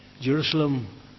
Jerusalem